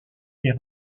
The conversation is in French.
est